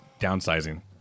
Downsizing